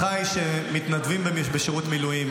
אחיי, שמתנדבים בשירות מילואים,